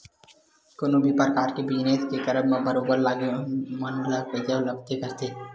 कोनो भी परकार के बिजनस के करब म बरोबर लोगन मन ल पइसा लगबे करथे